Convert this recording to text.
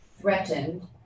threatened